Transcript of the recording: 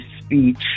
speech